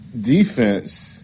defense